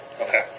Okay